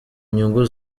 nyungu